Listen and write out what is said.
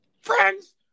Friends